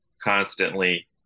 constantly